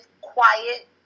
quiet